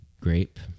grape